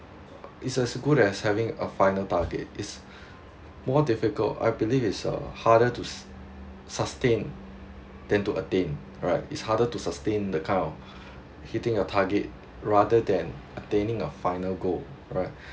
is as good as having a final target is more difficult I believe is uh harder to s~ sustain than to attain alright is harder to sustain the kind of hitting a target rather than attaining a final goal right